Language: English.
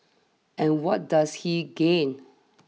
and what does he gain